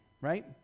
right